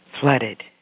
flooded